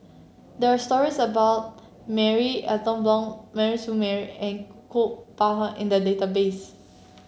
there are stories about Marie Ethel Bong Mary Siew Mary and Kuo Pao Hun in the database